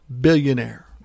billionaire